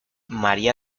maría